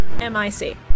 M-I-C